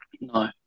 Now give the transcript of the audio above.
No